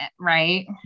right